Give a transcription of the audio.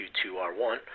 Q2R1